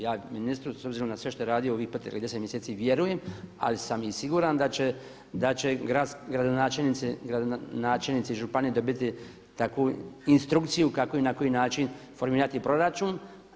Ja ministru s obzirom na sve što je radi u ovih 5 ili 10 mjeseci vjerujem ali sam i siguran da će gradonačelnici, načelnici županija dobiti takvu instrukciju kako i na koji način formirati proračun.